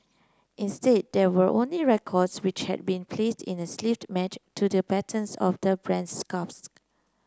instead there were only records which had been placed in the sleeves matched to the patterns of the brand's scarves